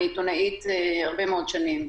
אני עיתונאית הרבה מאוד שנים.